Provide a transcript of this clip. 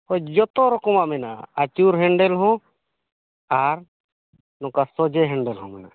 ᱡᱚᱛᱚ ᱨᱚᱠᱚᱢᱟᱜ ᱢᱮᱱᱟᱜᱼᱟ ᱟᱹᱪᱩᱨ ᱦᱮᱱᱰᱮᱞ ᱦᱚᱸ ᱟᱨ ᱱᱚᱝᱠᱟ ᱥᱚᱡᱷᱮ ᱦᱮᱱᱰᱮᱞ ᱦᱚᱸ ᱢᱮᱱᱟᱜᱼᱟ